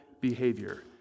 behavior